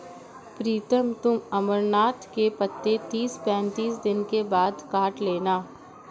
प्रीतम तुम अमरनाथ के पत्ते तीस पैंतीस दिन के बाद काट लेना